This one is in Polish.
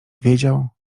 wiedział